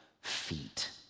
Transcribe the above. feet